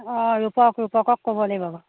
অ ৰূপক ৰূপকক ক'ব লাগিব